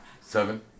Seven